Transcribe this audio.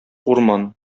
урман